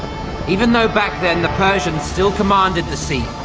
even though back then the persians still commanded the sea.